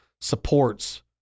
supports